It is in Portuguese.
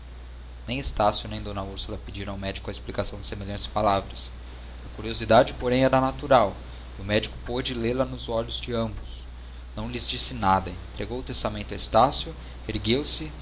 nem estácio nem d úrsula pediram ao médico a explicação de semelhantes palavras a curiosidade porém era natural e o médico pôde lê-la nos olhos de ambos não lhes disse nada entregou o testamento a estácio ergueu-se